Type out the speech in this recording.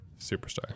superstar